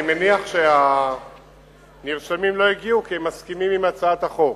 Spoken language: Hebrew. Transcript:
אני מניח שהנרשמים לא הגיעו כי הם מסכימים עם הצעת החוק.